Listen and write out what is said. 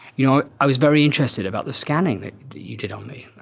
you know, i was very interested about the scanning that you did on me.